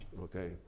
Okay